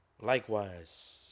likewise